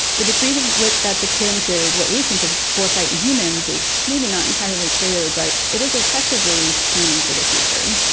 the degree to which that's akin to what we think of as foresight in humans is maybe not entirely clear, but it is effectively planning for the future.